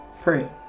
pray